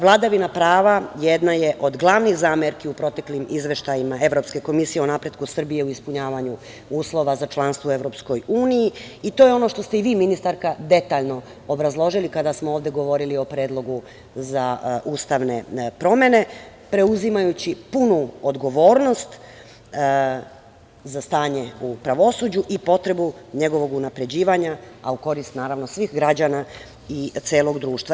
Vladavina prava, jedna je od glavnih zamerki u proteklim izveštajima Evropske komisije, o napretku Srbije o ispunjavanju uslova za članstvo u EU, i to je ono što ste i vi ministarka detaljno obrazložili, kada smo ovde govorili o predlogu za ustavne promene, preuzimajući punu odgovornost za stanje u pravosuđu i potrebu njegovog unapređivanja, a u korist svih građana i celog društva.